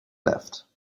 left